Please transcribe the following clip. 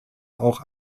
auch